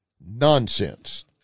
nonsense